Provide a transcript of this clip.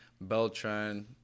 Beltran